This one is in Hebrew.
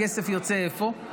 הכסף יוצא איפה?